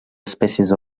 espècies